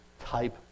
type